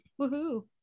Woohoo